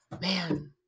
man